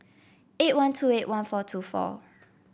eight one two eight one four two four